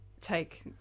take